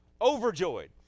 overjoyed